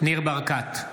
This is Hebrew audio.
ניר ברקת,